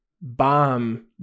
bomb